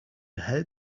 help